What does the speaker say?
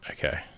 Okay